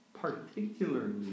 particularly